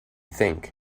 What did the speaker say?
think